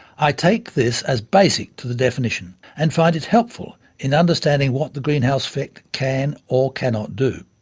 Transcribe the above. i take this as basic to the definition and find it helpful in understanding what the greenhouse effect can, or cannot, do.